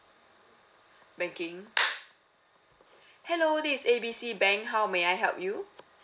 banking hello this is A B C bank how may I help you